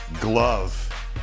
glove